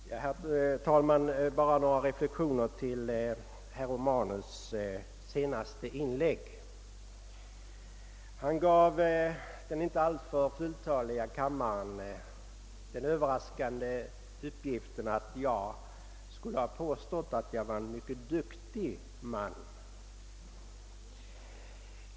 Herr talman! Bara några reflexioner till herr Romanus” senaste inlägg. Herr Romanus gav den inte alltför fulltaliga kammaren den överraskande uppgiften att jag skulle ha påstått att jag var en mycket duktig man.